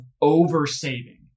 over-saving